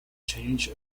change